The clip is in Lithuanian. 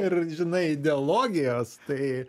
ir žinai ideologijos tai